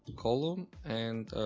column and